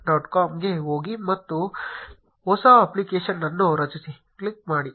com ಗೆ ಹೋಗಿ ಮತ್ತು ಹೊಸ ಅಪ್ಲಿಕೇಶನ್ ಅನ್ನು ರಚಿಸಿ ಕ್ಲಿಕ್ ಮಾಡಿ